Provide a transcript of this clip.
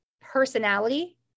personality